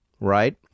right